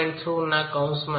3 ના કૌંસમાં છે